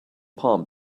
palm